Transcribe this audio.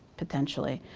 potentially.